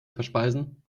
verspeisen